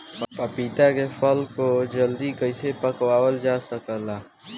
पपिता के फल को जल्दी कइसे पकावल जा सकेला?